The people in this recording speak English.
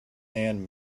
and